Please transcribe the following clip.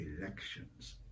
Elections